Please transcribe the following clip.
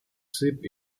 ship